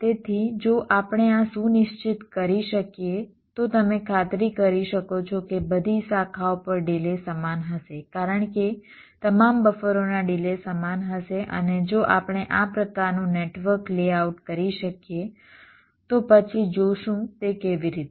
તેથી જો આપણે આ સુનિશ્ચિત કરી શકીએ તો તમે ખાતરી કરી શકો છો કે બધી શાખાઓ પર ડિલે સમાન હશે કારણ કે તમામ બફરોના ડિલે સમાન હશે અને જો આપણે આ પ્રકારનું નેટવર્ક લેઆઉટ કરી શકીએ તો પછી જોશું તે કેવી રીતે